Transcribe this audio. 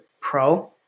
pro